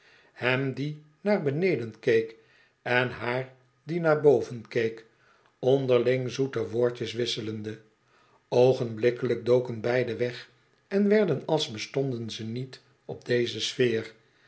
hem die naar beneden keek en haar die naar boven keek onderling zoete woordjes wisselende oogenblikkelijk doken beidon weg en werden als bestonden ze niet op deze sfeer